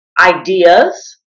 ideas